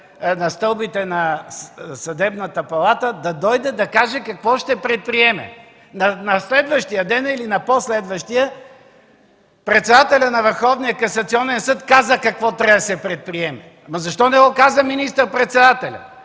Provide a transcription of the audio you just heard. на стълбите пред Съдебната палата да дойде и да каже какво ще предприеме. На следващия или на по-следващия ден председателят на Върховния касационен съд каза какво следва да се предприеме. Но защо не го каза министър-председателят?